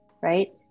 right